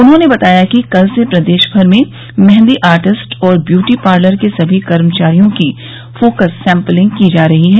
उन्होंने बताया कि कल से प्रदेश भर में मेंहदी आर्टिस्ट और ब्यूटी पार्लर के सभी कर्मचारियों की फोकस सैम्पिलिंग की जा रही है